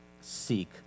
seek